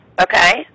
Okay